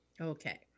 okay